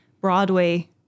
Broadway